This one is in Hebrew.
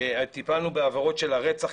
טיפלנו בעבירות של הרצח,